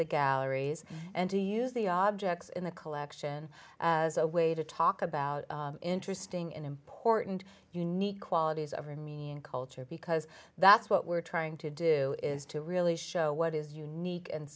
the galleries and to use the objects in the collection as a way to talk about interesting and important unique qualities of remey and culture because that's what we're trying to do is to really show what is unique and